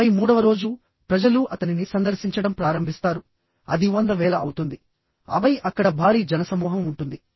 ఆపై మూడవ రోజు ప్రజలు అతనిని సందర్శించడం ప్రారంభిస్తారుఅది వంద వేల అవుతుందిఆపై అక్కడ భారీ జనసమూహం ఉంటుంది